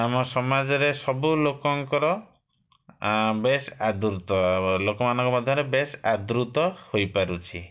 ଆମ ସମାଜରେ ସବୁ ଲୋକଙ୍କର ବେଶ୍ ଆଦୃତ ଲୋକମାନଙ୍କ ମଧ୍ୟରେ ବେଶ୍ ଆଦୃତ ହୋଇପାରୁଛି